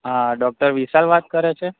હા ડોક્ટર વિશાલ વાત કરે છે